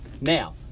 Now